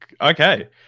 Okay